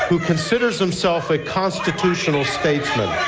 who considers himself a constitutional statesman.